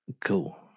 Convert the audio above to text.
Cool